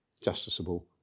justiciable